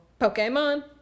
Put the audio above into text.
Pokemon